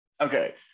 Okay